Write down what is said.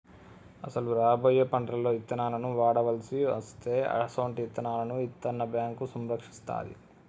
అసలు రాబోయే పంటలలో ఇత్తనాలను వాడవలసి అస్తే అసొంటి ఇత్తనాలను ఇత్తన్న బేంకు సంరక్షిస్తాది